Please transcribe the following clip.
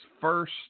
first